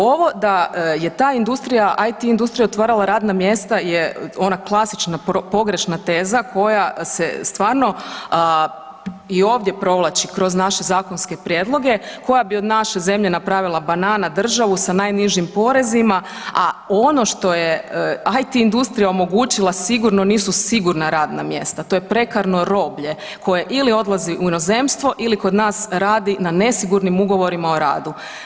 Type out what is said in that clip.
Ovo da je ta industrija IT industrija otvarala radna mjesta je ona klasična pogrešna teza koja se stvarno i ovdje provlači kroz naše zakonske prijedloge, koja bi od naše zemlje napravila banana državu sa najnižim porezima, a ono što je IT industrija omogućila sigurno nisu sigurna radna mjesta, to je prekarno roblje koje ili odlazi u inozemstvo ili kod nas radi na nesigurnim ugovorima o radu.